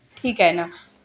ठीक आहे ना